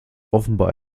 offenbar